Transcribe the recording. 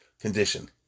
condition